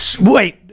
Wait